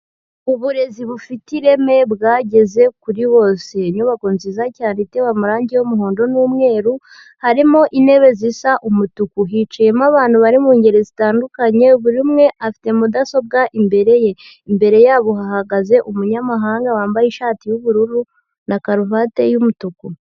Uburezi bufite ireme bwageze kuri bose. Inyubako nziza cyane itewe amarangi y'umuhondo n'umweru, harimo intebe zisa umutuku, hicayemo abantu bari mu ngeri zitandukanye, buri umwe afite mudasobwa imbere ye, imbere yabo hahagaze umunyamahanga wambaye ishati y'ubururu na karuvati y'umutuku.